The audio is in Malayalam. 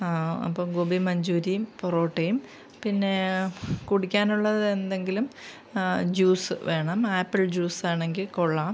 അപ്പം ഗോബി മഞ്ചൂരിയും പൊറോട്ടയും പിന്നെ കുടിക്കാനുള്ളതെന്തെങ്കിലും ജ്യൂസ് വേണം ആപ്പിൾ ജ്യൂസാണെങ്കിൽ കൊള്ളാം